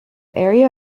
area